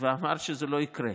ואמר שזה לא יקרה.